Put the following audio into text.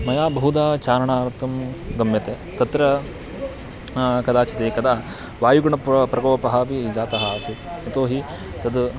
मया बहुधा चारणार्थं गम्यते तत्र कदाचित् एकदा वायुगुणप्रकोपः अपि जातः आसीत् यतो हि तद्